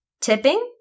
Tipping